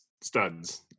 studs